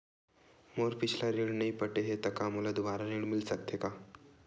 मोर पिछला ऋण नइ पटे हे त का मोला दुबारा ऋण मिल सकथे का?